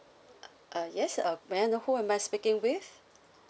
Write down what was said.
uh yes uh may I know who am I speaking with